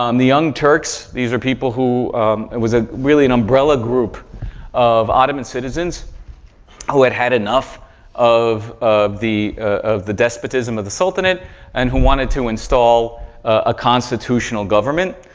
um the young turks, these are people who it was ah really an umbrella group of ottoman citizens who had had enough of of the of the despotism of the sultanate and who wanted to install a constitutional government,